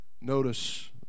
Notice